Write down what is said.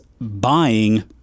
buying